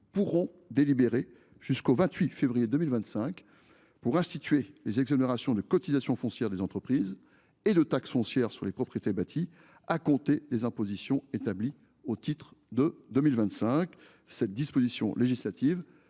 auront jusqu’au 28 février 2025 pour instituer les exonérations de cotisation foncière des entreprises et de taxe foncière sur les propriétés bâties, à compter des impositions établies au titre de 2025. Cette disposition, prévue